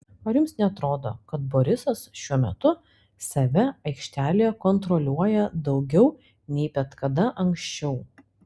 ar jums neatrodo kad borisas šiuo metu save aikštelėje kontroliuoja daugiau nei bet kada anksčiau